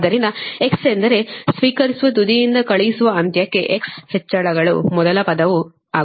ಆದ್ದರಿಂದ x ಎಂದರೆ ಸ್ವೀಕರಿಸುವ ತುದಿಯಿಂದ ಕಳುಹಿಸುವ ಅಂತ್ಯಕ್ಕೆ ಚಲಿಸುವ x ಹೆಚ್ಚಳಗಳು ಮೊದಲ ಪದವು ಆಗುತ್ತದೆ